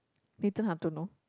Nathan-Hartono